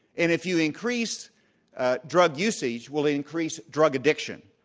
and if you increase drug usage, will it increase drug addiction,